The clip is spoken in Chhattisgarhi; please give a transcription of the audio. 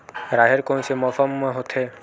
राहेर कोन से मौसम म होथे?